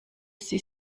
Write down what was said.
sie